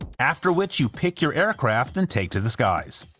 after which you pick your aircraft and take to the skies.